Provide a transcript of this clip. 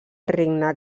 regne